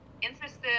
interested